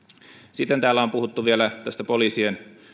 sitten täällä on puhuttu vielä poliisien